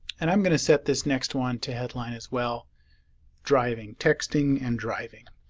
and i'm going to set this next one to headline as well driving texting and driving